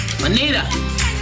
Manita